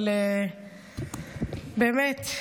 אבל באמת,